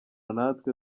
natwe